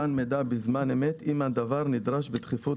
מתן מידע בזמן אמת אם הדבר נדרש בדחיפות